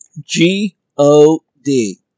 G-O-D